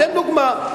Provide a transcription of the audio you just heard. אתן דוגמה: